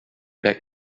back